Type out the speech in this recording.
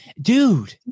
dude